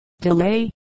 delay